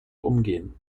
umgehen